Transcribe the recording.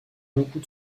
beaucoup